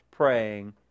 praying